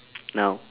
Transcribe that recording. now